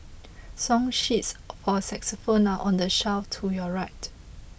song sheets for xylophones are on the shelf to your right